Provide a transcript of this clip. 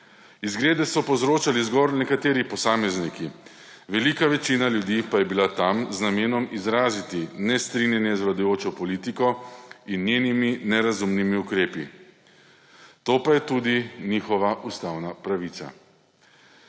Izgrede so povzročali zgolj nekateri posamezniki, velika večina ljudi pa je bila tam z namenom izraziti nestrinjanje z vladajočo politiko in njenimi nerazumnimi ukrepi, to pa je tudi njihova ustavna pravica.